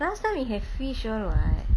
last time we have fish all what